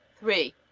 three.